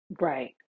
right